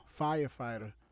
firefighter